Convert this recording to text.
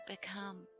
become